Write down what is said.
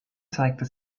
zeigte